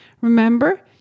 Remember